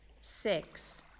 Six